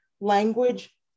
language